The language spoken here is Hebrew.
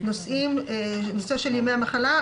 נושא של ימי המחלה.